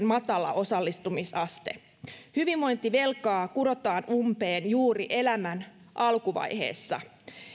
matala osallistumisaste varhaiskasvatukseen hyvinvointivelkaa kurotaan umpeen juuri elämän alkuvaiheessa